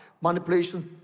manipulation